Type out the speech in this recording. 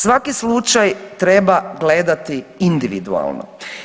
Svaki slučaj treba gledati individualno.